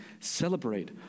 celebrate